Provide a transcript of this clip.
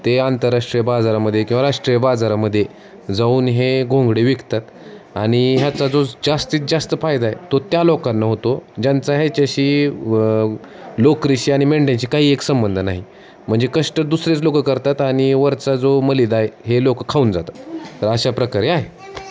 ते आंतरराष्ट्रीय बाजाराममध्ये किंवा राष्ट्रीय बाजारामध्ये जाऊन हे घोंगडे विकतात आणि ह्याचा जो जास्तीत जास्त फायदा आहे तो त्या लोकांना होतो ज्यांचा ह्याच्याशी लोकरीशी आणि मेंढ्यांशी काही एक संबंध नाही म्हणजे कष्ट दुसरेच लोक करतात आणि वरचा जो मलिदा आहे हे लोक खाऊन जातात तर अशा प्रकारे आहे